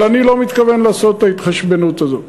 אבל אני לא מתכוון לעשות את ההתחשבנות הזאת,